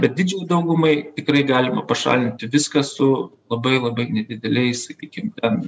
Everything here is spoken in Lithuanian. bet didžiajai daugumai tikrai galima pašalinti viską su labai labai nedideliais sakykim ten